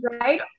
right